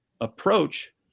approach